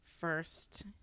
first